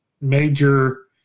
major